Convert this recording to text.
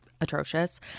atrocious